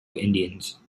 indians